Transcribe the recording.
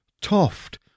Toft